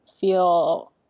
feel